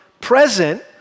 present